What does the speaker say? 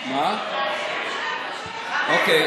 אוקיי.